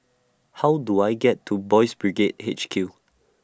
How Do I get to Boys' Brigade H Q